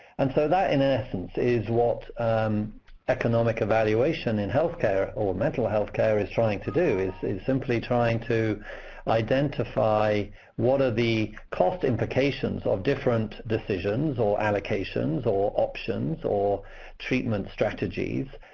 and so that in essence is what economic evaluation in health care or mental health care is trying to do, is is simply trying to identify what are the cost implications of different decisions, or allocations, or options, or treatment strategies,